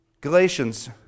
Galatians